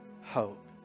hope